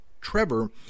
Trevor